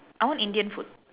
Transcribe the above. I want indian food